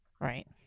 right